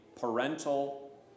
parental